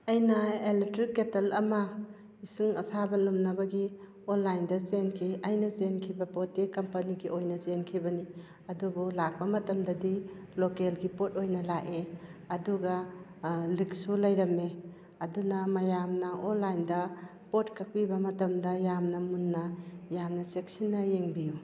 ꯑꯩꯅ electric kettle ꯑꯃ ꯏꯁꯤꯡ ꯑꯁꯥꯕ ꯂꯨꯝꯅꯕꯒꯤ ꯑꯣꯟꯂꯥꯏꯟꯗ ꯆꯦꯟꯈꯤ ꯑꯩꯅ ꯆꯦꯟꯈꯤꯕ ꯄꯣꯠꯇꯤ ꯀꯝꯄꯅꯤꯒꯤ ꯑꯣꯏꯅ ꯆꯦꯟꯈꯤꯕꯅꯤ ꯑꯗꯨꯕꯨ ꯂꯥꯛꯄ ꯃꯇꯝꯗꯗꯤ ꯂꯣꯀꯦꯜꯒꯤ ꯄꯣꯠ ꯑꯣꯏꯅ ꯂꯥꯛꯑꯦ ꯑꯗꯨꯒ ꯂꯤꯛꯁꯁꯨ ꯂꯩꯔꯝꯃꯦ ꯑꯗꯨꯅ ꯃꯌꯥꯝꯅ ꯑꯣꯟꯂꯥꯏꯟꯗ ꯄꯣꯠ ꯀꯛꯄꯤꯕ ꯃꯇꯝꯗ ꯌꯥꯝꯅ ꯃꯨꯟꯅ ꯌꯥꯝꯅ ꯆꯦꯛꯁꯤꯟꯅ ꯌꯦꯡꯕꯤꯌꯨ